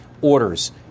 orders